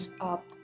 up